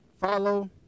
follow